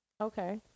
Okay